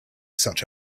such